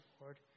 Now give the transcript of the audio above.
Lord